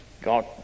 God